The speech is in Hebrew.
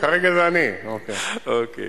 כרגע זה אני, אוקיי.